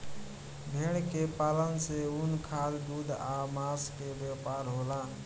भेड़ के पालन से ऊन, खाद, दूध आ मांस के व्यापार होला